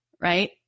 right